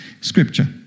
Scripture